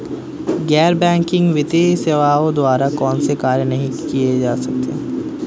गैर बैंकिंग वित्तीय सेवाओं द्वारा कौनसे कार्य नहीं किए जा सकते हैं?